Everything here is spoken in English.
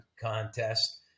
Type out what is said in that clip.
contest